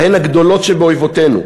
בהן הגדולות שבאויבותינו,